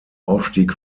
aufstieg